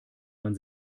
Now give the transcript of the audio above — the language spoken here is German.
man